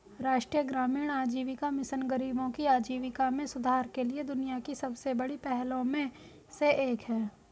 राष्ट्रीय ग्रामीण आजीविका मिशन गरीबों की आजीविका में सुधार के लिए दुनिया की सबसे बड़ी पहलों में से एक है